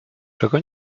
czego